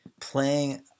playing